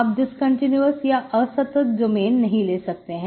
आप डिस्कंटीन्यूअस या असतत डोमेन नहीं ले सकते हैं